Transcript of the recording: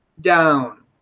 down